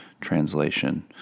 translation